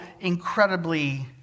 incredibly